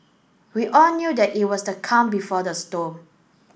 we all knew that it was the calm before the storm